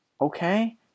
okay